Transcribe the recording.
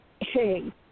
hey